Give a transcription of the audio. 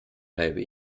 bleibe